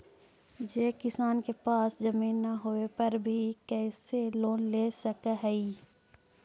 जे किसान के पास जमीन न होवे पर भी कैसे लोन ले सक हइ?